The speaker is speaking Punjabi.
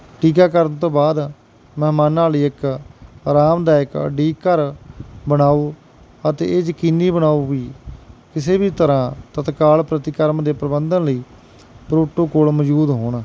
ਟੀਕਾਕਰਨ ਤੋਂ ਬਾਅਦ ਮਹਿਮਾਨਾਂ ਲਈ ਇੱਕ ਅਰਾਮਦਾਇਕ ਉਡੀਕ ਘਰ ਬਣਾਓ ਅਤੇ ਇਹ ਯਕੀਨੀ ਬਣਾਓ ਵੀ ਕਿਸੇ ਵੀ ਤਰ੍ਹਾਂ ਤਤਕਾਲ ਪ੍ਰਤੀਕਰਮ ਦੇ ਪ੍ਰਬੰਧਨ ਲਈ ਪ੍ਰੋਟੋਕੋਲ ਮੌਜੂਦ ਹੋਣ